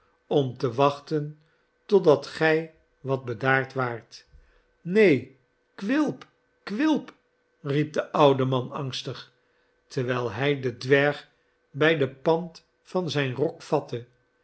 om te wachten totdat gij wat bedaard waart neen quilp quilp riep de oude man angstig terwijl hij den dwerg bij het pand van zijn rok